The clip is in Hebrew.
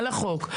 על החוק,